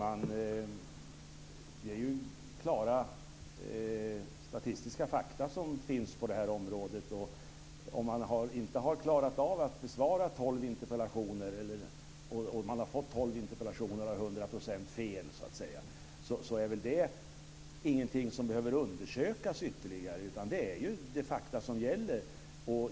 Herr talman! Det finns klara statistiska fakta på det här området. Om man inte har klarat av att besvara 12 interpellationer, om man har fått 12 interpellationer och har hundra procent fel så att säga, är det väl ingenting som behöver undersökas ytterligare, utan det är det faktum som gäller.